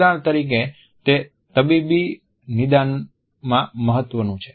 ઉદાહરણ તરીકે તે તબીબી નિદાનમાં મહત્વનું છે